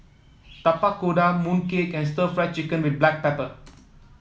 Tapak Kuda Mooncake and Stir Fried Chicken with Black Pepper